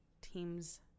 teams